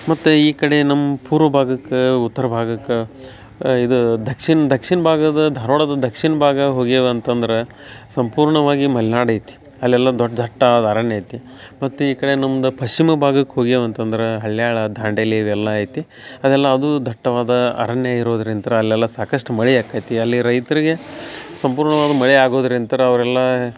ಮತ್ತೆ ಈ ಕಡೆ ನಮ್ಮ ಪೂರ್ವ ಭಾಗಕ್ಕೆ ಉತ್ತರ ಭಾಗಕ್ಕ ಇದು ದಕ್ಷಿಣ ದಕ್ಷಿಣ ಭಾಗದ ಧಾರವಾಡದ ದಕ್ಷಿಣ ಭಾಗ ಹೋಗ್ಯಾವ ಅಂತಂದ್ರ ಸಂಪೂರ್ಣವಾಗಿ ಮಲ್ನಾಡು ಐತಿ ಅಲ್ಲೆಲ್ಲ ದೊಡ್ಡ ದಟ್ಟವಾದ ಅರಣ್ಯ ಐತಿ ಮತ್ತೆ ಈ ಕಡೆ ನಮ್ಮದು ಪಶ್ಚಿಮ ಭಾಗಕ್ಕೆ ಹೋಗ್ಯಾವ ಅಂತಂದ್ರ ಹಳ್ಯಾಳ ದಾಂಡೇಲಿ ಇವೆಲ್ಲ ಐತಿ ಅದೆಲ್ಲ ಅದೂ ದಟ್ಟವಾದ ಅರಣ್ಯ ಇರೋದ್ರಿಂತ್ರ ಅಲ್ಲೆಲ್ಲ ಸಾಕಷ್ಟು ಮಳೆ ಆಕೈತಿ ಅಲ್ಲಿ ರೈತರಿಗೆ ಸಂಪೂರ್ಣವಾದ ಮಳೆ ಆಗೋದ್ರಿಂತ್ರ ಅವರೆಲ್ಲಾ